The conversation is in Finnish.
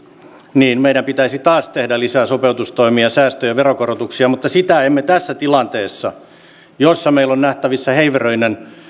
niin meidän pitäisi taas tehdä lisää sopeutustoimia säästöjä ja veronkorotuksia mutta sitä emme tässä tilanteessa jossa meillä on nähtävissä heiveröinen